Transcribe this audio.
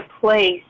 place